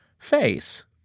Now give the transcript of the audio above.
Face